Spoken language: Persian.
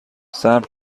صبر